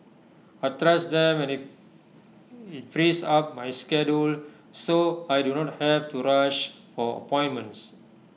I trust them and IT frees up my schedule so I do not have to rush for appointments